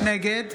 נגד